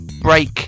break